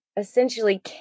essentially